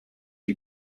you